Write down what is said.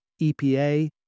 EPA